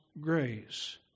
grace